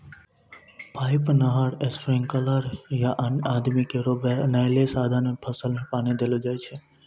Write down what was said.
pipe, नहर, sprinkler या अन्य आदमी केरो बनैलो साधन सें फसल में पानी देलो जाय छै